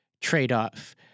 trade-off